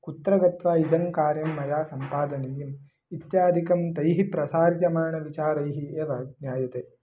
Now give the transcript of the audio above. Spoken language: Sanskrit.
कुत्र गत्वा इदं कार्यं मया सम्पादनीयम् इत्यादिकं तैः प्रसार्यमाणविचारैः एव ज्ञायते